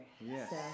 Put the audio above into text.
Yes